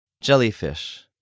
Jellyfish